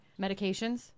medications